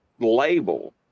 label